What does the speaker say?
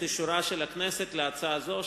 אבקש את אישורה של הכנסת להצעה זו,